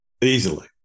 easily